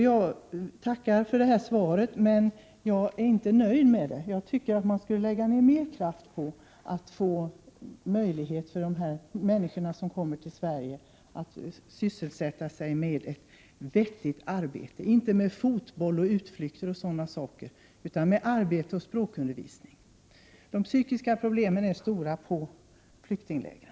Jag tackar för det här svaret, men jag är inte nöjd med det. Jag anser att man skulle lägga ner mer kraft på att ge dessa människor som kommer till Sverige möjlighet att sysselsätta sig med ett vettigt arbete, inte med fotboll, utflykter och sådant, utan med arbete och språkundervisning. De psykiska problemen är stora inom flyktinglägren.